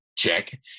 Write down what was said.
Check